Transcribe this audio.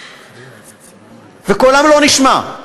וקולם לא נשמע.